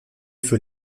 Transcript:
für